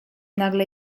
nagle